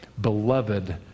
beloved